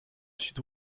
sud